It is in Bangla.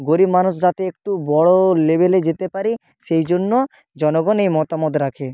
গরিব মানুষ যাতে একটু বড় লেভেলে যেতে পারে সেই জন্য জনগণ এই মতামত রাখে